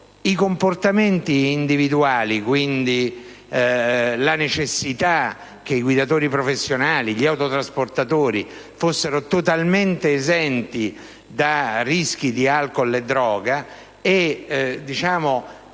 i comportamenti individuali, quindi la necessità che i guidatori professionali, gli autotrasportatori, fossero totalmente esenti da rischi derivanti dall'uso